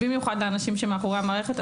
במיוחד לאנשים שמאחורי המערכת,